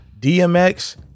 DMX